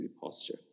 posture